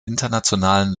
internationalen